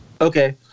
okay